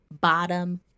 Bottom